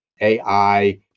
AI